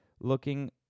Looking